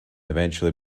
eventually